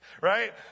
Right